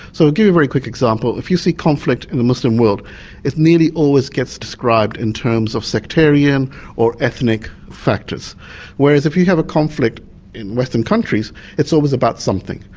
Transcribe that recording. so i'll give you a very quick example. if you see conflict in the muslim world it nearly always gets described in terms of sectarian or ethnic factors whereas if you have a conflict in western countries it's always about something.